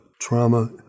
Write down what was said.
trauma